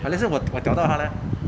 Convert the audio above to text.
let's say 我拖调到他 leh